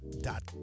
dot